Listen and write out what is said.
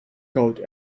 code